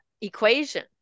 equation